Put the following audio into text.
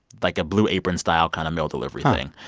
like a blue-apron-style kind of mail delivery thing,